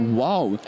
wow